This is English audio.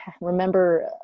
remember